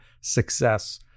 success